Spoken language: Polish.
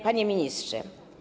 Panie Ministrze!